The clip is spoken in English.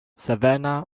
savannah